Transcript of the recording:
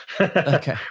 okay